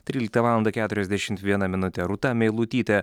tryliktą valandą keturiasdešimt viena minutė rūta meilutytė